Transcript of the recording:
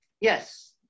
Yes